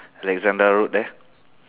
the alexandra road there